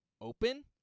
open